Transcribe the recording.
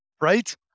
Right